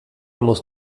muss